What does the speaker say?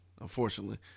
Unfortunately